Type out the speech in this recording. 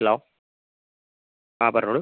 hello ആ പറഞ്ഞോളൂ